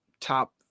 top